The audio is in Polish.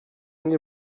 nie